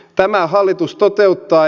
tämän hallitus toteuttaa